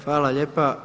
Hvala lijepa.